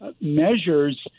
measures